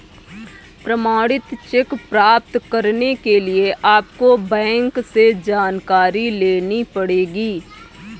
प्रमाणित चेक प्राप्त करने के लिए आपको बैंक से जानकारी लेनी पढ़ेगी